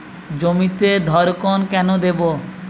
জমিতে ধড়কন কেন দেবো?